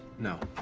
no.